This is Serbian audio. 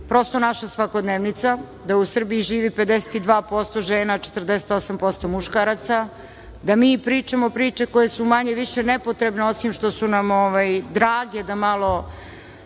prosto naša svakodnevica, da u Srbiji živi 52% žena, a 48% muškaraca, da mi pričamo priče koje su manje-više nepotrebne, osim što su nam drage da malo